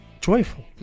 joyful